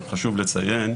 חשוב לציין,